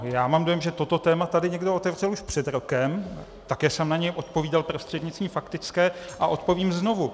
Já mám dojem, že toto téma tady někdo otevřel už před rokem, také jsem na něj odpovídal prostřednictvím faktické a odpovím znovu.